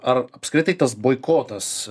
ar apskritai tas boikotas